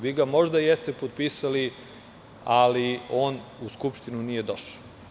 Vi ga možda jeste potpisali, ali on u Skupštinu nije došao.